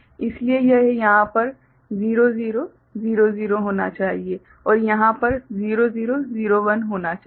इसलिए यह यहाँ पर 0000 होना चाहिए और यहाँ पर 0001 होना चाहिए